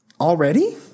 Already